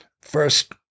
First